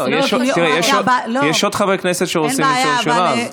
יש עוד חברי כנסת שרוצים לשאול שאלה.